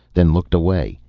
then looked away.